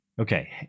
Okay